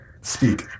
Speak